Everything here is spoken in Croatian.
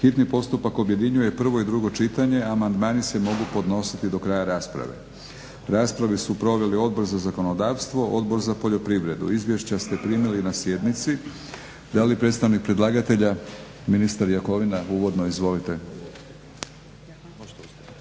hitni postupak objedinjuje prvo i drugo čitanje. Amandmani se mogu podnositi do kraja rasprave. Raspravu su proveli Odbor za zakonodavstvo, Odbor za poljoprivredu. Izvješća ste primili na sjednici. Da li predstavnik predlagatelja, ministar Jakovina, uvodno? Izvolite.